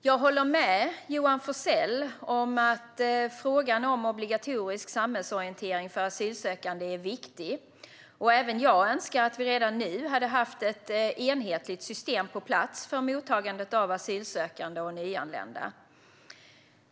Jag håller med Johan Forssell om att frågan om obligatorisk samhällsorientering för asylsökande är viktig, och även jag önskar att vi redan nu hade haft ett enhetligt system på plats för mottagandet av asylsökande och nyanlända.